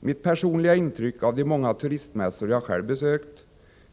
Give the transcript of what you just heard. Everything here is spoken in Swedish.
Mitt personliga intryck av de många turistmässor jag själv besökt